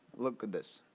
look at this.